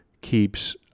keeps